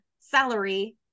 salary